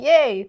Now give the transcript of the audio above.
Yay